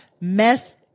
mess